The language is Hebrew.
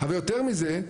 אבל יותר מזה,